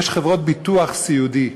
והוא שיש חברות פרטיות לביטוח סיעודי,